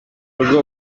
rugo